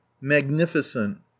magnificent